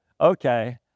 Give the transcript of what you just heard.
okay